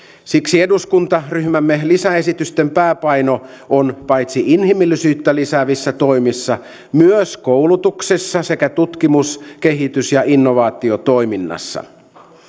siksi eduskuntaryhmämme li säysesitysten pääpaino on paitsi inhimillisyyttä lisäävissä toimissa myös koulutuksessa sekä tutkimus kehitys ja innovaatiotoiminnassa